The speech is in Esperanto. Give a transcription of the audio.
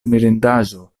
mirindaĵo